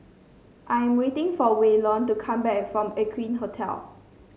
I am waiting for Waylon to come back from Aqueen Hotel